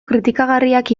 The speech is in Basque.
kritikagarriak